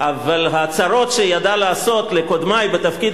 אבל הצרות שהיא ידעה לעשות לקודמי בתפקיד